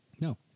No